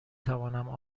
توانم